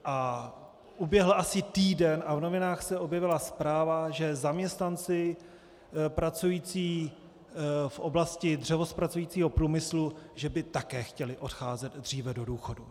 A uběhl asi týden a v novinách se objevila zpráva, že zaměstnanci pracující v oblasti dřevozpracujícího průmyslu by také chtěli odcházet dříve do důchodu.